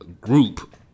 group